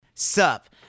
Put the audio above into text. Sup